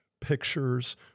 pictures